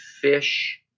fish